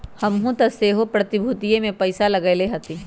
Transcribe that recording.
हमहुँ तऽ सेहो प्रतिभूतिय में पइसा लगएले हती